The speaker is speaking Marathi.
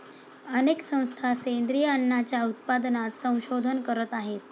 अनेक संस्था सेंद्रिय अन्नाच्या उत्पादनात संशोधन करत आहेत